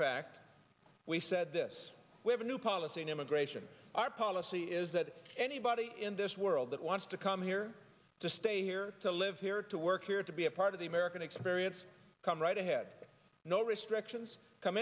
fact we said this we have a new policy an immigration policy is that anybody in this world that wants to come here to stay here to live here to work here to be a part of the american experience come right ahead no restrictions come